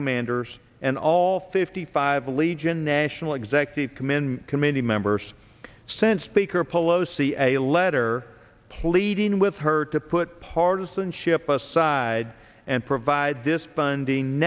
commanders and all fifty five legion national executive committee committee members sent speaker pelosi a letter pleading with her to put partisanship aside and provide this funding